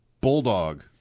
Bulldog